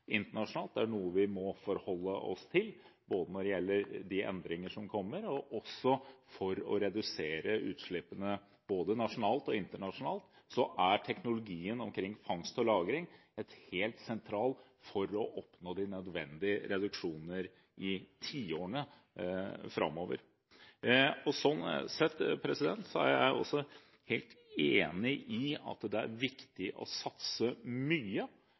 internasjonalt, er noe vi må forholde oss til, når det gjelder de endringer som kommer. For å redusere utslippene både nasjonalt og internasjonalt er teknologien omkring fangst og lagring helt sentral for å oppnå de nødvendige reduksjoner i tiårene framover. Sånn sett er jeg også helt enig i at det er viktig å satse mye